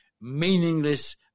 meaningless